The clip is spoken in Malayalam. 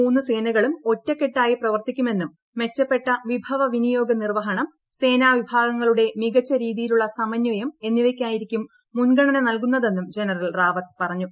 മൂന്നു സേനകളും ഒറ്റക്കെട്ടായി പ്രവർത്തിക്കുമെന്നും മെച്ചപ്പെട്ട വിഭവ വിനിയോഗ നിർവഹണം സേനാ വിഭാഗങ്ങളുടെ മികച്ച രീതിയിലുള്ള സമന്വയം എന്നിവയ്ക്കായിരിക്കും മുൻഗണന നൽകുന്നതെന്നും ജനറൽ റാവത്ത് പറഞ്ഞു